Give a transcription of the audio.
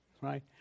right